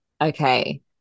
Okay